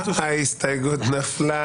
זו הסתייגות אמיתית.